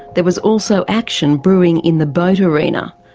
there was also action brewing in the boat arena.